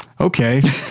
Okay